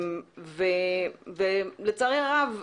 לצערי הרב,